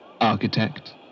architect